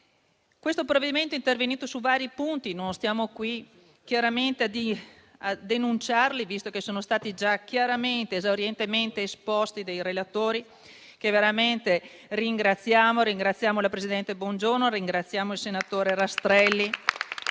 Questo provvedimento è intervenuto su vari punti. Non stiamo qui ad enunciarli, visto che sono stati già chiaramente ed esaurientemente esposti dai relatori, che veramente ringraziamo; ringraziamo la presidente Bongiorno e ringraziamo il senatore Rastrelli